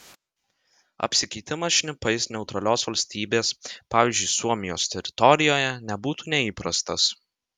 apsikeitimas šnipais neutralios valstybės pavyzdžiui suomijos teritorijoje nebūtų neįprastas